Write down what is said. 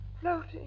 floating